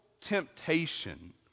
temptation